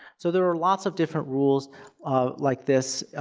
so, there are lots of different rules like this